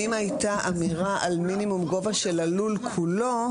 אם הייתה אמירה על מינימום גובה של הלול כולו,